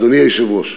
אדוני היושב-ראש,